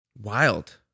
Wild